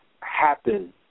happen